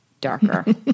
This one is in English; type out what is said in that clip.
darker